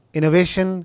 Innovation